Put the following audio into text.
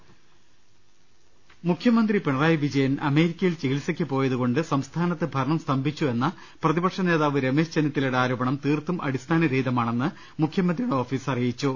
ലലലലലലലലലലലലല മുഖ്യമന്ത്രി പിണറായി വിജയൻഅമേരിക്കയിൽ ചികി ത്സയ്ക്ക് പോയതുകൊണ്ട് സംസ്ഥാനത്ത് ഭരണം സ്തംഭിച്ചു എന്ന പ്രതിപക്ഷ നേതാവ് രമേശ് ചെന്നിത്തലയുടെ ആരോ പണം തീർത്തും അടിസ്ഥാനരഹിതമാണെന്ന് മുഖ്യമന്ത്രിയുടെ ഓഫീസ് അറിയിച്ചു